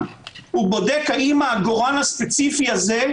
אלא הוא בודק האם העגורן הספציפי הזה,